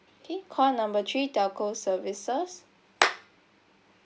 okay call number three telco services